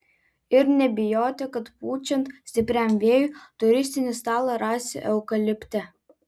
ir nebijoti kad pučiant stipriam vėjui turistinį stalą rasi eukalipte